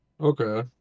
Okay